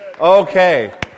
Okay